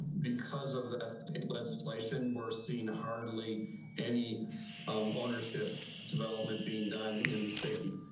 because of the legislation, we're seeing hardly any um ownership development being done in the city,